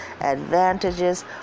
advantages